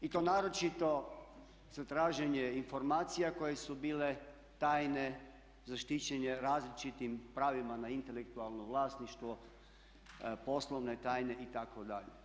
I to naročito za traženje informacija koje su bile tajne, zaštićene različitim pravima na intelektualno vlasništvo, poslovne tajne itd…